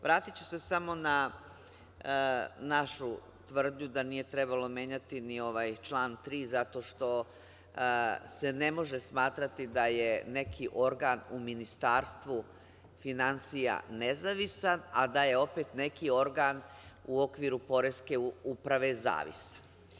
Vratiću se samo na našu tvrdnju da nije trebalo menjati ni ovaj član 3. zato što se ne može smatrati da je neki organ u Ministarstvu finansija nezavisan, a da je opet neki organ u okviru poreske uprave zavisan.